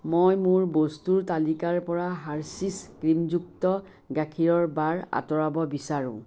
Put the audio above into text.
মই মোৰ বস্তুৰ তালিকাৰপৰা হাৰ্সীছ ক্ৰীমযুক্ত গাখীৰৰ বাৰ আঁতৰাব বিচাৰোঁ